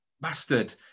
bastard